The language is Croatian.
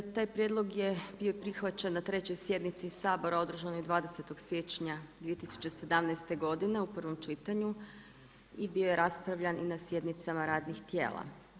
Taj prijedlog je bio prihvaćen na 3. sjednici Sabora održanoj 20. siječnja 2017. godine u prvom čitanju i bio je raspravljan i na sjednicama radnih tijela.